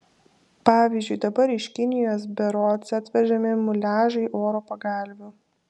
pavyzdžiui dabar iš kinijos berods atvežami muliažai oro pagalvių